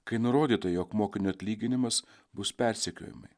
kai nurodyta jog mokinio atlyginimas bus persekiojimai